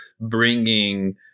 bringing